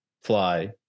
fly